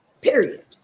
Period